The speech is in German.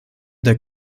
der